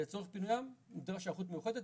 ולצורך פינויים נדרשת היערכות מיוחדת.